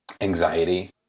anxiety